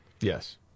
yes